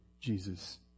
Jesus